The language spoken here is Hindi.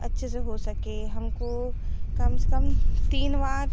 अच्छे से हो सके हमको कम से कम तीन बार